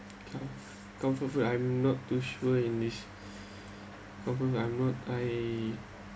com~ comfort food I'm not too sure in this comfort I'm not I